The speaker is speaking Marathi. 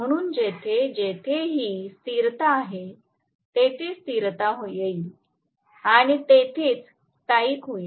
म्हणून जिथे जिथेही स्थिरता आहे तिथे स्थिरता येईल आणि तेथेच स्थायिक होईल